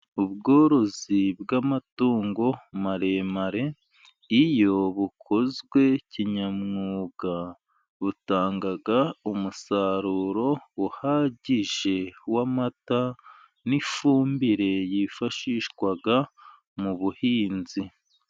Ubworozi bw'amatungo maremare, iyo bukozwe kinyamwuga butangaga umusaruro uhagije w'amata, n'ifumbire yifashishwa mu buhinzi.